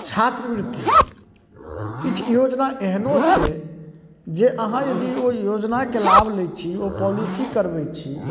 छात्रवृत्ति किछु योजना एहनो छै जे अहाँ यदि ओ योजनाके लाभ लै छी ओ पॉलिसी करबै छी